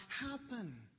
happen